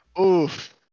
Oof